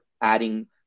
adding